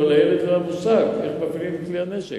ולילד לא היה מושג איך מפעילים את כלי הנשק,